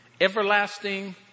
Everlasting